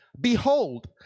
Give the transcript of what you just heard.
Behold